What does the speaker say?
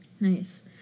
Nice